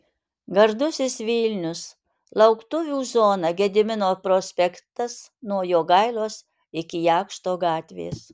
gardusis vilnius lauktuvių zona gedimino prospektas nuo jogailos iki jakšto gatvės